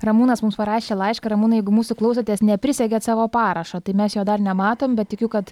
ramūnas mums parašė laišką ramūnai jeigu mūsų klausotės neprisegėt savo parašo tai mes jo dar nematom bet tikiu kad